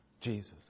Jesus